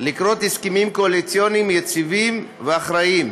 לכרות הסכמים קואליציוניים יציבים ואחראיים,